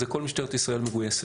כל משטרת ישראל מגויסת,